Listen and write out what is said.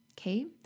Okay